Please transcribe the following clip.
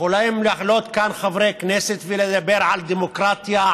יכולים לעלות כאן חברי כנסת ולדבר על דמוקרטיה,